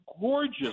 gorgeous